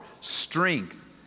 strength